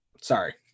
sorry